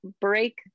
break